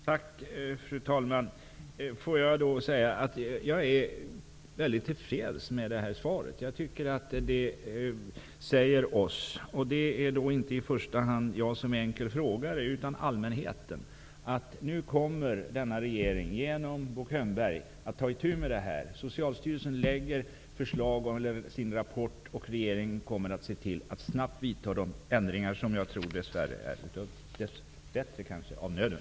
Fru talman! Jag är synnerligen till freds med statsrådets svar. Jag tycker att det säger oss -- och jag avser då inte i första hand mig själv som här ställer en enkel fråga utan allmänheten -- att denna regering genom Bo Könberg nu kommer att ta itu med det här. Socialstyrelsen lägger fram sin rapport, och regeringen kommer att se till att de ändringar snabbt företas som -- dess värre, eller kanske dess bättre -- är av nöden.